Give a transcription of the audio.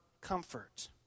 comfort